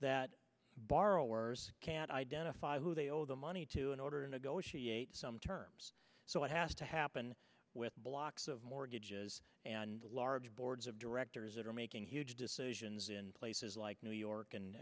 that borrowers can't identify who they owe the money to in order negotiate some terms so what has to happen with blocks of mortgages and large boards of directors that are making huge decisions in places like new york and